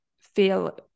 feel